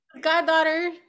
Goddaughter